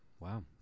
Wow